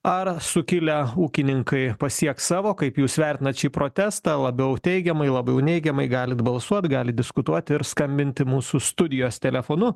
ar sukilę ūkininkai pasieks savo kaip jūs vertinat šį protestą labiau teigiamai labiau neigiamai galit balsuot galit diskutuot ir skambinti mūsų studijos telefonu